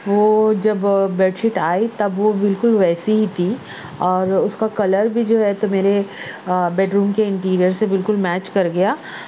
وہ جب bed sheet آئی تب وہ بالکل ویسی ہی تھی اور اس کا کلر بھی جو ہے تو میرے بیڈ روم کے انٹیریئر سے بالکل میچ کر گیا